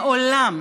מעולם